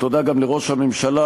תודה גם לראש הממשלה,